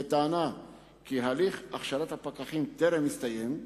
בטענה כי הליך הכשרת הפקחים טרם הסתיים,